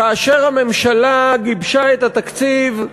כאשר הממשלה גיבשה את התקציב,